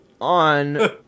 on